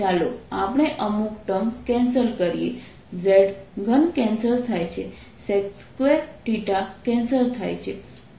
ચાલો આપણે અમુક ટર્મ કેન્સલ કરીએ z3 કેન્સલ થાય છે sec2 કેન્સલ થાય છે